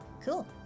Cool